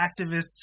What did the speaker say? activists